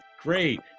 Great